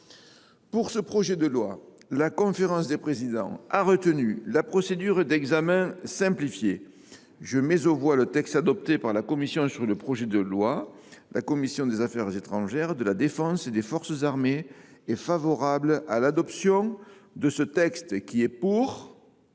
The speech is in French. Pour ce projet de loi, la conférence des présidents a retenu la procédure d’examen simplifié. Personne ne demande la parole ?… Je mets aux voix le texte adopté par la commission sur le projet de loi. La commission des affaires étrangères, de la défense et des forces armées est favorable à l’adoption de ce texte. L’ordre